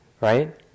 right